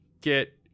get